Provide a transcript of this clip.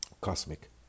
Cosmic